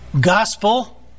Gospel